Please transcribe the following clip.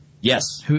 Yes